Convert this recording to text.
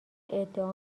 ادعا